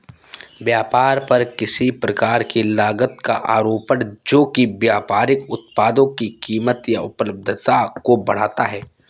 व्यापार पर किसी प्रकार की लागत का आरोपण जो कि व्यापारिक उत्पादों की कीमत या उपलब्धता को बढ़ाता है